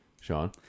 Sean